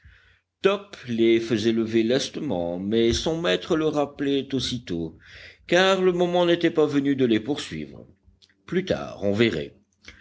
top les faisait lever lestement mais son maître le rappelait aussitôt car le moment n'était pas venu de les poursuivre plus tard on verrait